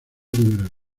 liberal